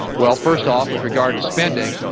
well, first off, with regard to spending,